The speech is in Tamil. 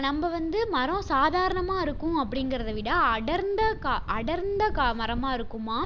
நம்ம வந்து மரம் சாதாரணமாக இருக்கும் அப்படிங்கறத விட அடர்ந்த காடு அடர்ந்த காடு மரமாக இருக்குமாம்